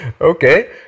Okay